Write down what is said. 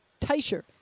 Teicher